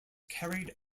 carried